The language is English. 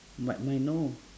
but mine no